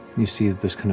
you see this